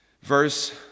Verse